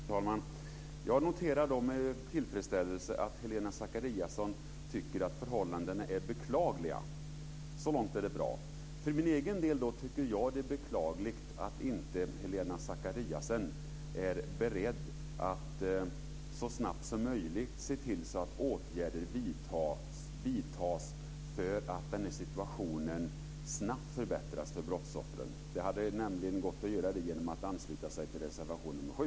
Fru talman! Jag noterar med tillfredsställelse att Helena Zakariasén tycker att förhållandena är beklagliga. Så långt är det bra. För min egen del tycker jag att det är beklagligt att inte Helena Zakariasén är beredd att så snabbt som möjligt se till att åtgärder vidtas för att situationen snabbt förbättras för brottsoffren. Det hade nämligen gått att göra det genom att ansluta sig till reservation 7.